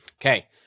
Okay